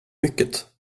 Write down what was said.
mycket